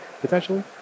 potentially